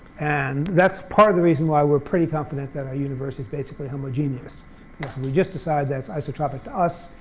and that's part of the reason why we're pretty confident that our universe is basically homogeneous, because we just decided that's isotropic to us,